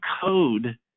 code